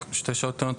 רק שתי שאלות קטנות.